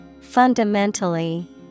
Fundamentally